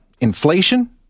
Inflation